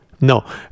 no